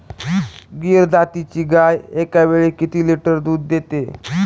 गीर जातीची गाय एकावेळी किती लिटर दूध देते?